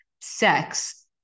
sex